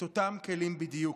ואותם הכלים בדיוק,